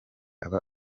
aba